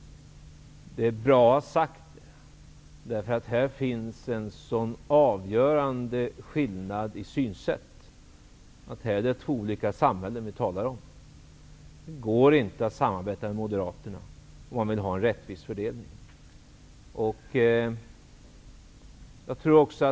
Det är bra att ha detta sagt, eftersom det här finns en så avgörande skillnad i synsätt. Vi talar om två helt olika samhällen. Det går inte att samarbeta med Moderaterna, om man vill ha en rättvis fördelning.